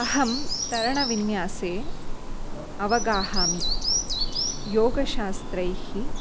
अहं तरणविन्यासे अवगाहामि योगशास्त्रैः